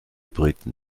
briten